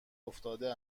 افتاده